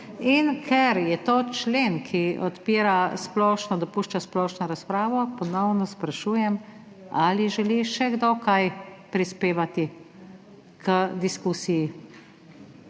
Ker je to člen, ki dopušča splošno razpravo, ponovno sprašujem, ali želi še kdo kaj prispevati k diskusiji?